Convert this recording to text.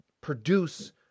produce